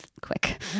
quick